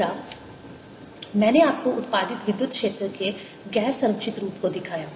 तीसरा मैंने आपको उत्पादित विद्युत क्षेत्र के गैर संरक्षित स्वरूप को दिखाया